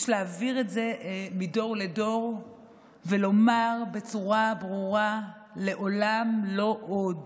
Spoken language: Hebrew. יש להעביר את זה מדור לדור ולומר בצורה ברורה: "לעולם לא עוד".